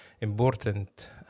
important